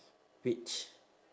which